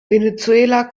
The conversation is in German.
venezuela